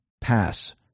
pass